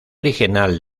original